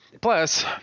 Plus